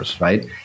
right